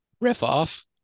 riff-off